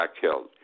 killed